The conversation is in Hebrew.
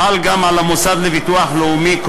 החל גם על המוסד לביטוח לאומי,